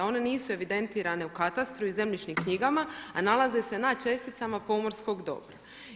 One nisu evidentirane u katastru i zemljišnim knjigama, a nalaze se na česticama pomorskog dobra.